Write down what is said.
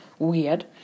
Weird